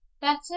Better